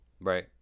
Right